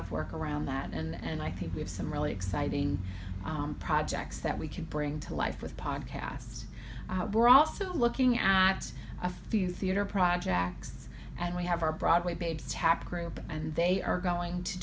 of work around that and i think we have some really exciting projects that we can bring to life with pod casts we're also looking at a few theater projects and we have our broadway baby tap group and they are going to